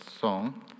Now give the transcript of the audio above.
song